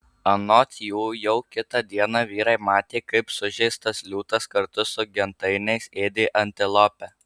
anot jų jau kitą dieną vyrai matė kaip sužeistas liūtas kartu su gentainiais ėdė antilopę